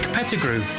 Pettigrew